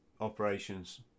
operations